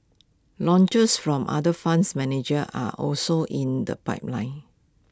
launches from other funds managers are also in the pipeline